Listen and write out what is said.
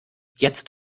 jetzt